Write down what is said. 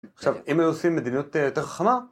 עכשיו אם היו עושים מדיניות יותר חכמה